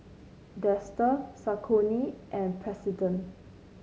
Dester Saucony and President